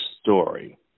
story